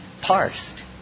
parsed